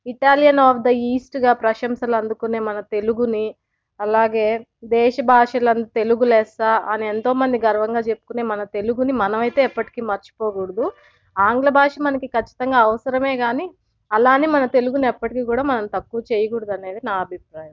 Italian of the ఈస్ట్గా ప్రశంసలు అందుకునే మన తెలుగుని అలాగే దేశభాషలందు తెలుగు లెస్స అని ఎంతో మంది గర్వంగా చెప్పుకునే మన తెలుగుని మనమైతే ఎప్పటికీ మర్చిపోకూడదు ఆంగ్ల భాష మనకి ఖచ్చితంగా అవసరమే కానీ అలా అని మన తెలుగుని ఎప్పటికి కూడా మనం తక్కువ చెయ్యకూడదు అనేది నా అభిప్రాయం